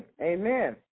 amen